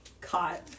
caught